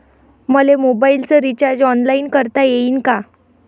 मले मोबाईलच recharge online करता येईन का?